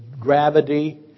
gravity